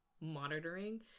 monitoring